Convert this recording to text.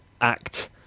act